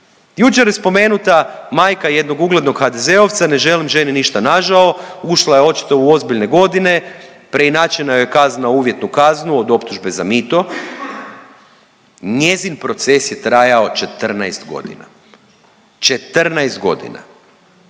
Jučer je spomenuta majka jednog uglednog HDZ-ovca, ne želim ženi ništa nažao, ušla je očito u ozbiljne godine, preinačena joj je kazna u uvjetnu kaznu od optužbe za mito. Njezin proces je trajao 14 godina, 14 godina.